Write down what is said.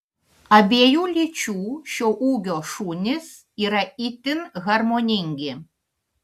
abiejų lyčių šio ūgio šunys yra itin harmoningi